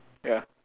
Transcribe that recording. ya